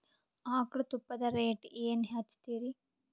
ಆಕಳ ತುಪ್ಪದ ರೇಟ್ ಏನ ಹಚ್ಚತೀರಿ?